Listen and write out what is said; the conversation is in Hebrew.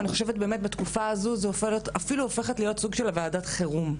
ואני חושבת שבתקופה היא אפילו הופכת להיות סוג של ועדת חירום,